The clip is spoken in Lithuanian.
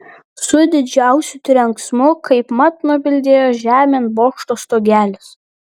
su didžiausiu trenksmu kaip mat nubildėjo žemėn bokšto stogelis